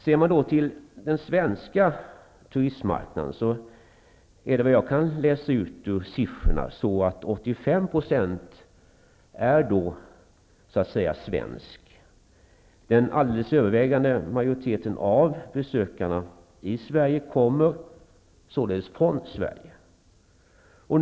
Om man ser till den svenska turistmarknaden är, såvitt jag kan utläsa av siffrorna, 85 % av turisterna svenska. Den alldeles övervägande majoriteten av besökarna i Sverige kommer således från Sverige.